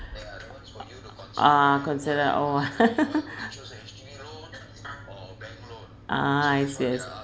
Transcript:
ah consider oh ah I see I s~